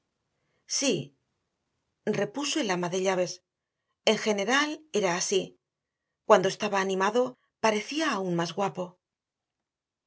sí repuso el ama de llaves en general era así cuando estaba animado parecía aún más guapo